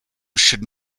should